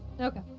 okay